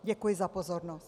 Děkuji za pozornost.